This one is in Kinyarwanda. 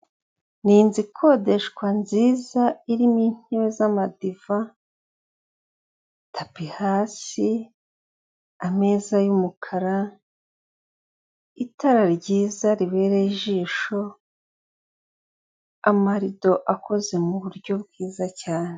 Ni inzu ikodeshwa nziza irimo intebe z'amadiva tapi hasi ameza y'umukara, itara ryiza ribereye ijisho, amarido akoze mu buryo bwiza cyane.